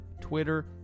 Twitter